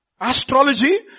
Astrology